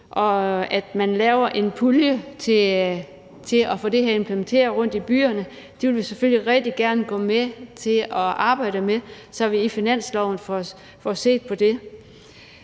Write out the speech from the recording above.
At man laver en pulje til at få det her implementeret rundtom i byerne, vil vi selvfølgelig rigtig gerne gå med til at arbejde videre med, så vi i finansloven får set på det.